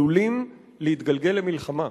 עלולים להתגלגל למלחמה.